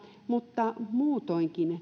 mutta muutoinkin